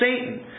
Satan